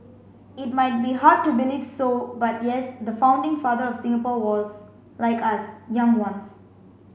it might be hard to believe so but yes the founding father of Singapore was like us young once